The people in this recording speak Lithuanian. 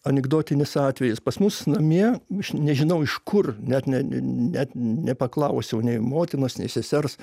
anekdotinis atvejis pas mus namie aš nežinau iš kur net ne net nepaklausiau nei motinos nei sesers